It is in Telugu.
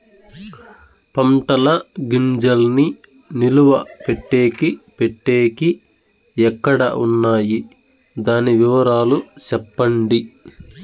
పంటల గింజల్ని నిలువ పెట్టేకి పెట్టేకి ఎక్కడ వున్నాయి? దాని వివరాలు సెప్పండి?